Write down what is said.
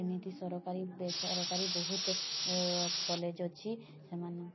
ଏମିତି ସରକାରୀ ବେସରକାରୀ ବହୁତ କଲେଜ୍ ଅଛି ସେମାନ